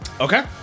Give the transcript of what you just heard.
Okay